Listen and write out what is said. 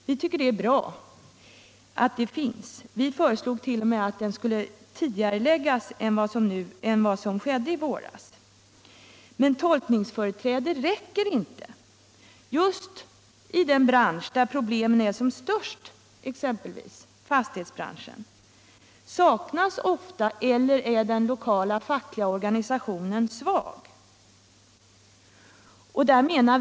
Vi tycker det är bra att det finns, och vi föreslog t.o.m. att det skulle läggas tidigare än vad som skedde vid beslutet i våras. Men tolkningsföreträde räcker inte. Just i den bransch där problemen är som störst, fastighetsbranschen, saknas ofta en lokal facklig organisation eller också är den svag.